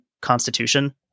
constitution